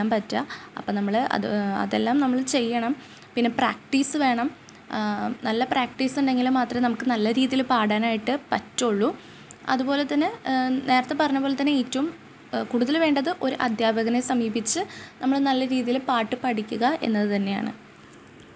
അതുപോലെ തന്നെ എൻ്റെ ഫ്രണ്ട്സ് ആയാലും എൻ്റെ പേരെൻസ് ആയാലും ഞാൻ നൃത്തം പഠിപ്പിക്കുന്നതും അതുപോലെ തന്നെ ഞാൻ നൃത്തം പഠിക്കുന്നതും കാണാൻ അവർക്ക് വളരെ അധികം ഇഷ്ടമാണ് അതുപോലെ തന്നെ പിന്നെ ഞങ്ങളുടെ കോളേജിലും എന്തെങ്കിലും ഒരു ഫെസ്റ്റിവൽ ഫെസ്റ്റിവല്ലോ അല്ലെങ്കിൽ ആർട്സോ വരുമ്പോൾ എൻ്റെ ഫ്രണ്ട്സിനൊക്കെ ഞാനാണ് പഠിപ്പിക്കാറുള്ളത്